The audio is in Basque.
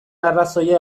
arrazoia